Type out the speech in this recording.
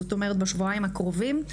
זאת אומרת בשבועיים הקרובים,